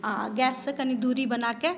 आ गैससँ कनि दूरी बनाके